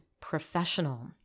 Professional